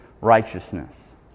righteousness